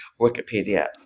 Wikipedia